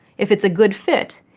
if it's a good fit,